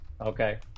Okay